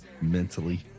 mentally